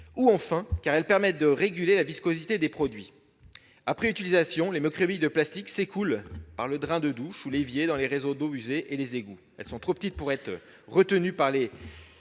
filmogènes ou pour réguler la viscosité des produits. Après utilisation, les microbilles de plastique s'écoulent par le drain de douche ou l'évier dans les réseaux d'eaux usées et les égouts. Elles sont trop petites pour être retenues par les